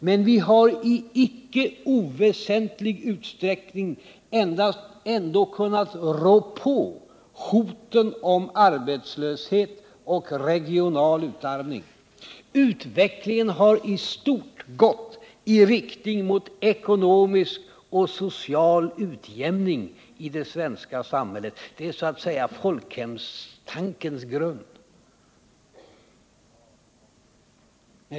Men vi har i icke oväsentlig utsträckning ändå kunnat rå på hoten om arbetslöshet och regional utarmning. Utvecklingen har i stort gått i riktning mot ekonomisk och social utjämning i det svenska samhället — folkhemstankens grund.